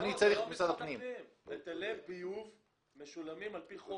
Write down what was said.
היטלי ביוב משולמים על פי חוק,